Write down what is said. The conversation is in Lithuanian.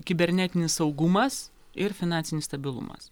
kibernetinis saugumas ir finansinis stabilumas